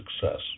success